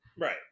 Right